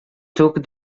took